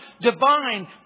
divine